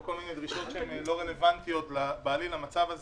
וכל מיני דרישות שלא רלוונטיות למצב הזה,